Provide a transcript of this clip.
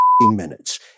minutes